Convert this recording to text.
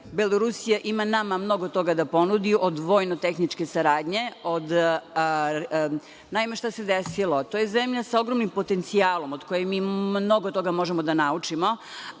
Belorusija ima nama mnogo toga da ponudi od vojno-tehničke saradnje. Naime, šta se desilo? To je zemlja sa ogromnim potencijalom od koje mi mnogo toga možemo da naučimo.